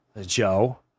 Joe